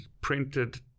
printed